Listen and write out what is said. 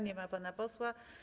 Nie ma pana posła.